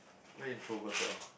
very introverted orh